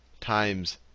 times